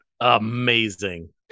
amazing